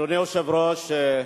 אדוני היושב-ראש,